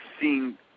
seeing